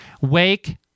Wake